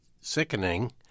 sickening